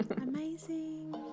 Amazing